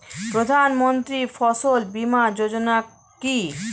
প্রধানমন্ত্রী ফসল বীমা যোজনা কি?